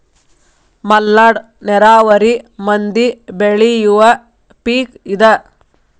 ಮಲ್ನಾಡ ನೇರಾವರಿ ಮಂದಿ ಬೆಳಿಯುವ ಪಿಕ್ ಇದ